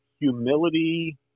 humility